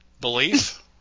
belief